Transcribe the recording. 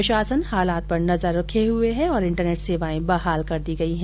प्रशासन हालात पर नजर रखे हुए है ओर इंटरनेट सेवाएं बहाल कर दी गई है